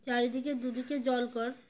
চারিদিকে দুদিকে জল কর